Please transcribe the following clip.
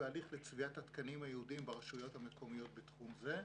בהליך לצביעת התקנים הייעודיים ברשויות המקומיות בתחום זה.